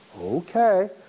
okay